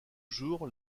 jours